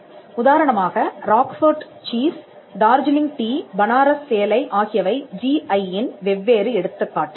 உதாரணமாக Roquefort cheese Darjeeling tea Banaras சேலை ஆகியவை ஜிஐ யின் வெவ்வேறு எடுத்துக்காட்டுகள்